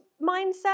mindset